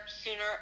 sooner